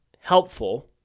helpful